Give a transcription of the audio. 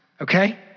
okay